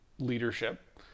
leadership